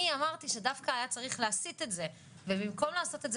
אני אמרתי שדווקא היה צריך להסיט את זה ובמקום לעשות את זה